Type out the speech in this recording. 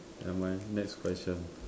nevermind next question